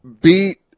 beat